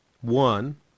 One